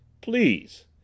Please